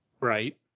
Right